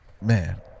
Man